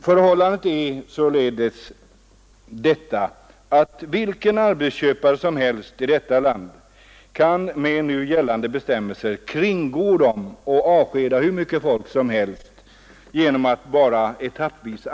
Förhållandet är således det att vilken arbetsköpare som helst i vårt land kan kringgå nu gällande bestämmelser och avskeda praktiskt taget hur mycket folk som helst genom att göra det etappvis.